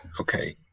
Okay